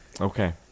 Okay